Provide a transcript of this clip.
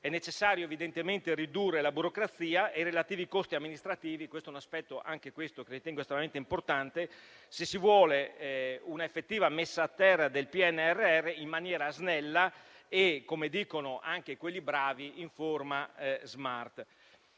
È necessario, evidentemente, ridurre la burocrazia e i relativi costi amministrativi. Anche questo è un aspetto che ritengo estremamente importante, se si vuole una effettiva messa a terra del PNRR in maniera snella e - come dicono quelli bravi - anche in forma *smart*.